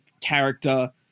character